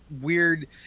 weird